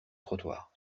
trottoir